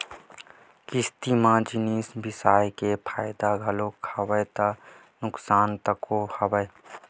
किस्ती म जिनिस बिसाय के फायदा घलोक हवय ता नुकसान तको हवय